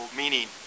meaning